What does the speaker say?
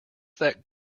that